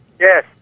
Yes